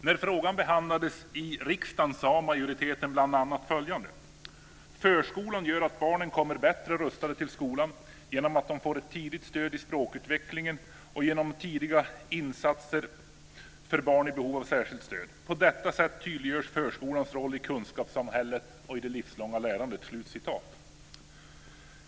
När frågan behandlades i riksdagen sade majoriteten bl.a. följande: "Förskolan gör att barnen kommer bättre rustade till skolan, genom att de får ett tidigt stöd i språkutvecklingen och genom tidiga insatser för barn i behov av särskilt stöd. På detta sätt tydliggörs förskolans roll i kunskapssamhället och i det livslånga lärandet."